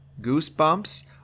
Goosebumps